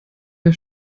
der